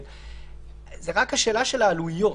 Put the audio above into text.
היא רק השאלה של העלויות.